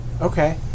Okay